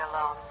alone